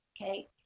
okay